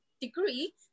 degree